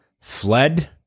fled